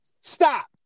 Stop